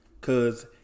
Cause